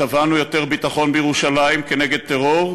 כשתבענו יותר ביטחון בירושלים כנגד טרור,